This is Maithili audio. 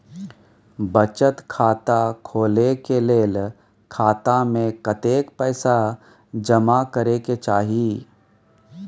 बचत खाता खोले के लेल खाता में कतेक पैसा जमा करे के चाही?